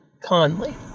Conley